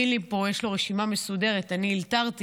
לקינלי פה יש רשימה מסודרת, אני אלתרתי.